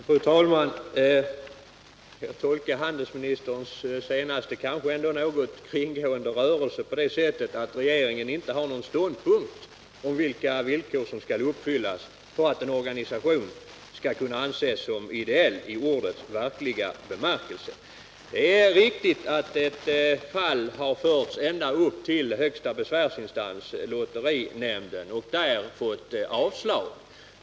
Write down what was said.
Fru talman! Jag tolkar handelsministerns senaste inlägg — som var uttryck ället göras en prövning av för en något kringgående rörelse — så, att regeringen inte har någon åsikt om vilka villkor som skall uppfyllas för att en organisation skall anses som ideell i ordets verkliga bemärkelse. Det är riktigt att ett fall har förts ända upp till högsta besvärsinstans, lotterinämnden, och att konsumentgillet där fick avslag på sitt yrkande.